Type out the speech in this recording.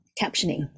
captioning